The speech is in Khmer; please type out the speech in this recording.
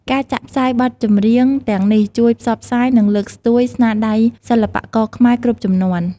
ការចាក់ផ្សាយបទចម្រៀងទាំងនេះជួយផ្សព្វផ្សាយ និងលើកស្ទួយស្នាដៃសិល្បករខ្មែរគ្រប់ជំនាន់។